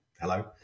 Hello